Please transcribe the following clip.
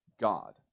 God